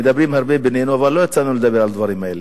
מדברים הרבה בינינו אבל לא יצא לנו לדבר על הדברים האלה.